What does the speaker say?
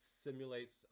simulates